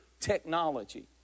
technology